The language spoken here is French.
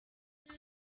elle